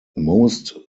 most